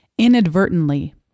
inadvertently